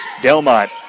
Delmont